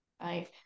Right